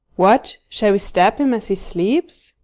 what, shall we stab him as he sleeps?